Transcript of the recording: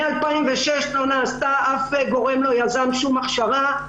מ-2006 אף גורם לא יזם שום הכשרה.